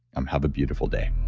um have a beautiful day